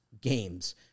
games